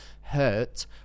hurt